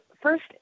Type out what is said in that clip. first